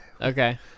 Okay